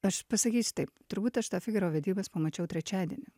aš pasakysiu taip turbūt aš tą figaro vedybas pamačiau trečiadienį